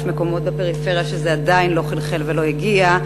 יש מקומות בפריפריה שזה עדיין לא חלחל ולא הגיע.